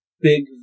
big